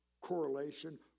correlation